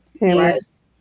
Yes